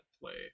play